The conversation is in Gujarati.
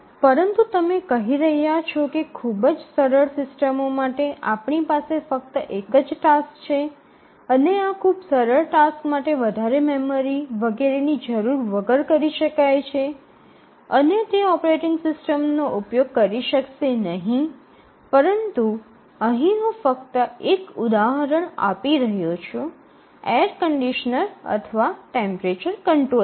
પરંતુ તમે કહી રહ્યા છો કે ખૂબ જ સરળ સિસ્ટમો માટે આપણી પાસે ફક્ત એક જ ટાસ્ક છે અને આ ખૂબ સરળ ટાસ્ક માટે વધારે મેમરી વગેરેની જરૂર વગર કરી શકાય છે અને તે ઓપરેટિંગ સિસ્ટમનો ઉપયોગ કરી શકશે નહીં પરંતુ અહીં હું ફક્ત એક ઉદાહરણ આપી રહ્યો છું એર કન્ડીશનર અથવા ટેમ્પ્રેચર કંટ્રોલર